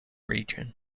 region